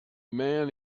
man